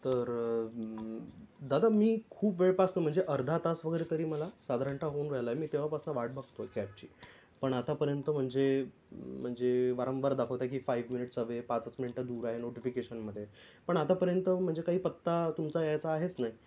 तर दादा मी खूप वेळ पासून म्हणजे अर्धा तास वगैरे तरी मला साधारणतः होऊन राहिला मी तेव्हापासून वाट बघतो आहे कॅबची पण आतापर्यंत म्हणजे म्हणजे वारंवार दाखवतं आहे की फाईव्ह मिनिट्स अवे पाचच मिनिटं दूर आहे नोटिफिकेशनमध्ये पण आतापर्यंत म्हणजे काही पत्ता तुमचा यायचा आहेच नाही